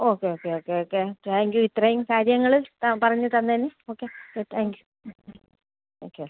okay okay okay okay thank you ഇത്രയും കാര്യങ്ങൾ ആ പറഞ്ഞ് തന്നതിന് ഓക്കെ താങ്ക് യു ഓക്കെ